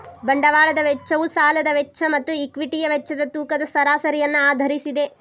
ಬಂಡವಾಳದ ವೆಚ್ಚವು ಸಾಲದ ವೆಚ್ಚ ಮತ್ತು ಈಕ್ವಿಟಿಯ ವೆಚ್ಚದ ತೂಕದ ಸರಾಸರಿಯನ್ನು ಆಧರಿಸಿದೆ